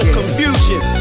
confusion